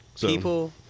People